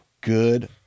good